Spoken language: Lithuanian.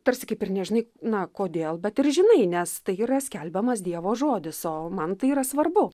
tarsi kaip ir nežinai na kodėl bet ir žinai nes tai yra skelbiamas dievo žodis o man tai yra svarbu